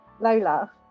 Lola